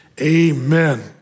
amen